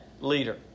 leader